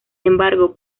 embargo